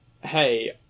hey